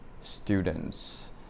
students